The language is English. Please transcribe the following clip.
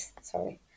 Sorry